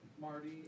Marty